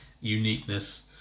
uniqueness